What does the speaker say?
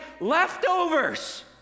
leftovers